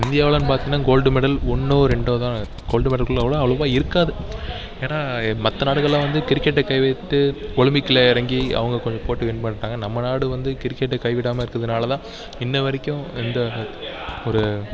இந்தியாவிலன்னு பார்த்தீங்கன்னா gold medal ஒன்றோ ரெண்டோ தான் கோல்டு மெடல்கள் அவ்வளோ அவ்வளோவா இருக்காது ஏனால் மற்ற நாடுகள்லாம் வந்து கிரிக்கெட்டை கைவிட்டு ஒலிம்பிக்கில் இறங்கி அவங்க கொஞ்சம் போட்டி வின் பண்ணிவிட்டாங்க நம்ம நாடு வந்து கிரிக்கெட்டை கைவிடாமல் இருக்கறதுனால் தான் இன்று வரைக்கும் எந்த ஒரு